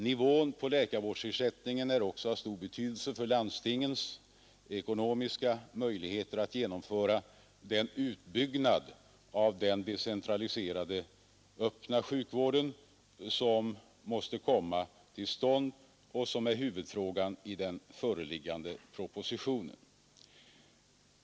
Nivån på läkarvårdsersättningen är också av stor betydelse för landstingens ekonomiska möjligheter att genomföra den utbyggnad av den decentraliserade öppna sjukvården som måste komma till stånd och som är huvudfrågan i den föreliggande propositionen.